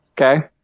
Okay